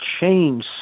change